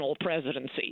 presidency